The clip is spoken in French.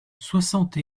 soixante